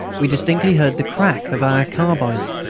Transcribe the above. we distinctly heard the crack of our carbines.